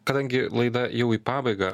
kadangi laida jau į pabaigą